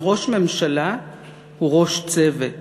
אבל ראש ממשלה הוא ראש צוות,